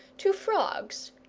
to frogs,